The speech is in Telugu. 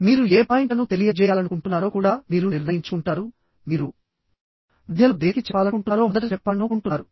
మీరు ఏ పాయింట్లను తెలియ జేయాలనుకుంటున్నారో కూడా మీరు నిర్ణయించుకుంటారు మీరు మధ్యలో దేనికి చెప్పాలనుకుంటున్నారో మొదట చెప్పాలను కుంటున్నారు